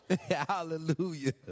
Hallelujah